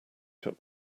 took